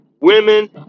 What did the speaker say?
women